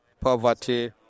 poverty